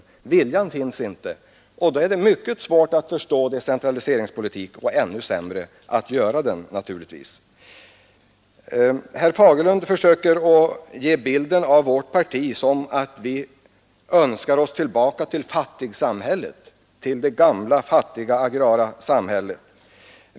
Viljan och fö ståelsen finns inte, och då är det mycket svårt att förstå decentraliseringspolitiken och naturligtvis ändå svårare att genomföra den. Herr Fagerlund försöker ge en bild som skapar intrycket att vi i centerpartiet önskar oss tillbaka till fattigsamhället, till det gamla fattiga agrara samhället.